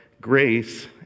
grace